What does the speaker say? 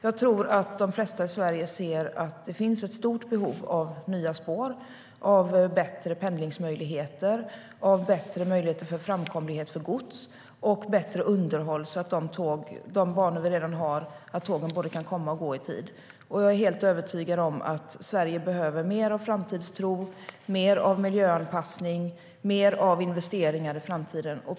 Jag tror att de flesta i Sverige ser att det finns ett stort behov av nya spår, av bättre pendlingsmöjligheter, av möjligheter för bättre framkomlighet för gods och av bättre underhåll så att tågen kan både komma och gå i tid på de banor vi har. Jag är övertygad om att Sverige behöver mer framtidstro, mer miljöanpassning och mer investeringar i framtiden.